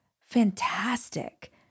fantastic